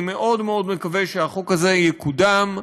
אני מאוד מאוד מקווה שהחוק הזה יקודם,